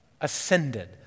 ascended